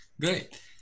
Great